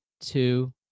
two